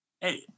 Hey